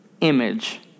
image